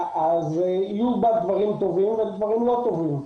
יהיו בה דברים טובים ודברים לא טובים.